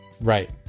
right